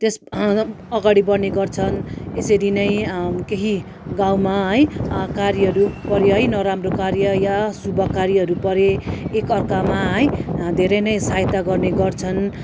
त्यस अगाडि बढ्ने गर्छन् यसरी नै केही गाउँमा है कार्यहरू परे है नराम्रो कार्य वा शुभ कार्यहरू परे एक अर्कामा है धेरै नै सहायता गर्ने गर्छन्